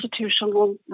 constitutional